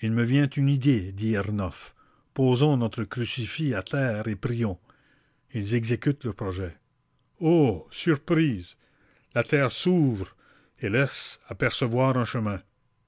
il me vient une idée dit ernof posons notre crucifix à terre et prions ils exécutent leur projet o surprise la terre s'ouvre et laisse apercevoir un chemin